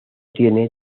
tiene